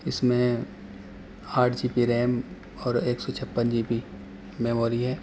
اس میں آٹھ G B RAM اور ایک سو چھپن جی بی میموری ہے